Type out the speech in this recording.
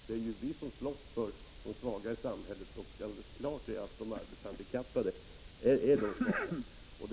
Det är ju vi som slåss för de svaga i samhället, och det är klart att de arbetshandikappade är svaga.